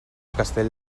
castell